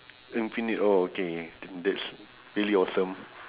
infinite oh K then that's really awesome